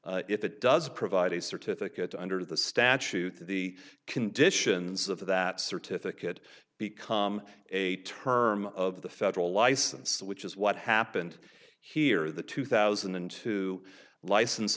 certificate if it does provide a certificate under the statute the conditions of that certificate become a term of the federal license which is what happened here the two thousand and two license